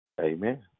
Amen